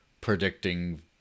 predicting